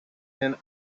than